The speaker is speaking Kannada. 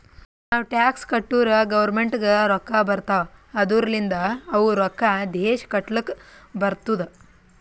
ನಾವ್ ಟ್ಯಾಕ್ಸ್ ಕಟ್ಟುರ್ ಗೌರ್ಮೆಂಟ್ಗ್ ರೊಕ್ಕಾ ಬರ್ತಾವ್ ಅದೂರ್ಲಿಂದ್ ಅವು ರೊಕ್ಕಾ ದೇಶ ಕಟ್ಲಕ್ ಬರ್ತುದ್